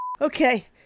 Okay